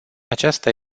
aceasta